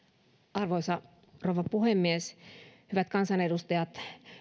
arvoisa rouva puhemies hyvät kansanedustajat